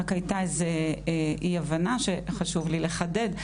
רק הייתה איזו אי הבנה שחשוב לי לחדד.